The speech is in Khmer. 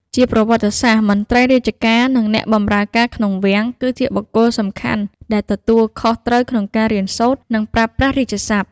ជាប្រវត្តិសាស្ត្រ មន្ត្រីរាជការ និងអ្នកបម្រើការក្នុងវាំង គឺជាបុគ្គលសំខាន់ដែលទទួលខុសត្រូវក្នុងការរៀនសូត្រ និងប្រើប្រាស់រាជសព្ទ។